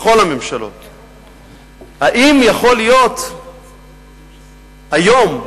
האם יכול להיות היום,